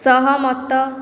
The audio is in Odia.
ସହମତ